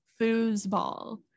foosball